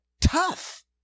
tough